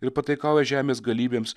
ir pataikauja žemės galybėms